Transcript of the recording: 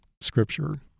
Scripture